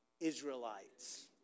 Israelites